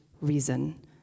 reason